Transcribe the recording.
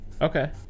okay